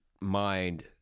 mind